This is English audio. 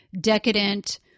decadent